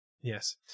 yes